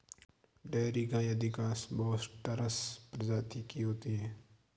dairy गायें अधिकांश बोस टॉरस प्रजाति की होती हैं